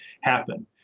happen